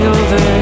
over